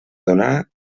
donar